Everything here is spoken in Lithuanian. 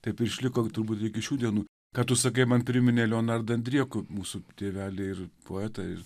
taip išliko turbūt iki šių dienų kad tu sakai man priminė leonardą andriekų mūsų tėveliai ir poetais